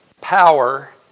power